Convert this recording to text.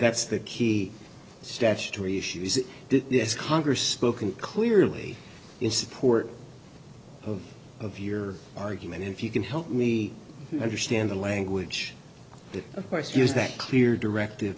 that's the key statutory issue is that this congress spoken clearly in support of your argument if you can help we understand the language of course use that clear directive